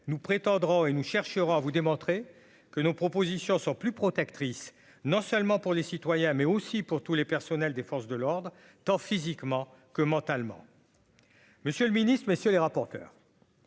nous prétendra et nous chercherons à vous démontrer que nos propositions sont plus protectrice, non seulement pour les citoyens, mais aussi pour tous les personnels des forces de l'ordre, tant physiquement que mentalement, monsieur le ministre, messieurs les rapporteurs,